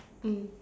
mm